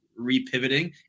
repivoting